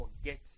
forget